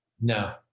No